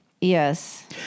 yes